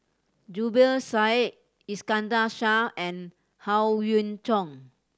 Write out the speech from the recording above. Zubir Said Iskandar Shah and Howe Yoon Chong